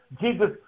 Jesus